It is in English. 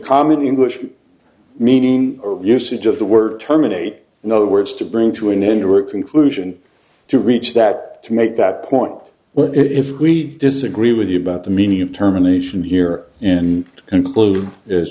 common english meaning or usage of the word terminate in other words to bring to an end to a conclusion to reach that to make that point well if we disagree with you about the meaning of terminations here and conclu